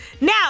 now